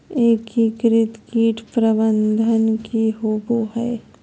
एकीकृत कीट प्रबंधन की होवय हैय?